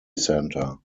centre